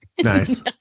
Nice